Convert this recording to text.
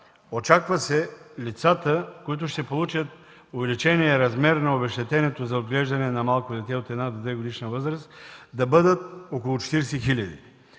Очаква се лицата, които ще получат увеличения размер на обезщетението за отглеждане на малко дете от една до двегодишна възраст, да бъдат около 40 хиляди.